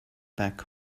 back